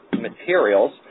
materials